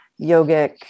yogic